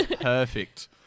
Perfect